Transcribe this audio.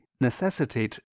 necessitate